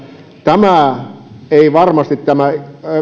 tämä ei varmasti